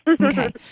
Okay